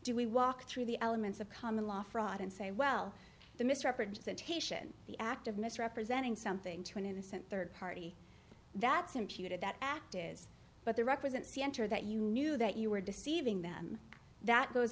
do we walk through the elements of common law fraud and say well the misrepresentation the act of misrepresenting something to an innocent third party that's imputed that act is but the represents the enter that you knew that you were deceiving them that goes